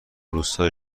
روستای